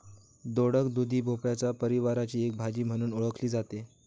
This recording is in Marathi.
दोडक, दुधी भोपळ्याच्या परिवाराची एक भाजी म्हणून ओळखली जाते